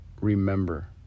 Remember